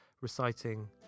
reciting